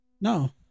No